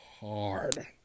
hard